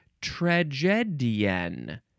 tragedian